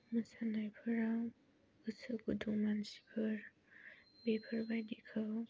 मोसानायफोराव गोसो गुदुं मानसिफोर बेफोरबायदिखौ